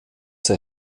zur